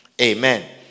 Amen